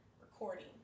recording